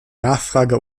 nachfrage